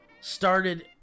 started